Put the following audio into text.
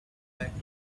back